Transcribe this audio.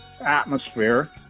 atmosphere